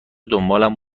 دنبالم